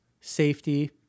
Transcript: safety